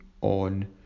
on